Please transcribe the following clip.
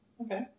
Okay